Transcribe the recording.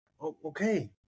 okay